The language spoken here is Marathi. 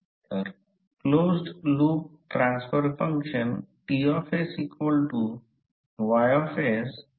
तर याचा अर्थ असा आहे की समजा जर या एअर गॅपची लांबी वाढली तर फ्रिंजिंग इफेक्ट देखील वाढेल